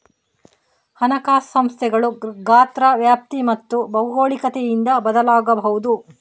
ಹಣಕಾಸು ಸಂಸ್ಥೆಗಳು ಗಾತ್ರ, ವ್ಯಾಪ್ತಿ ಮತ್ತು ಭೌಗೋಳಿಕತೆಯಿಂದ ಬದಲಾಗಬಹುದು